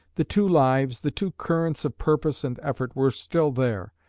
the two lives, the two currents of purpose and effort, were still there.